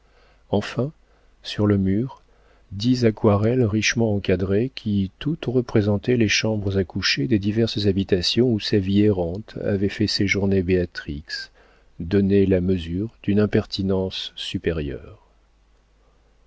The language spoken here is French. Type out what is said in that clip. enfin sur le mur dix aquarelles richement encadrées qui toutes représentaient les chambres à coucher des diverses habitations où sa vie errante avait fait séjourner béatrix donnaient la mesure d'une impertinence supérieure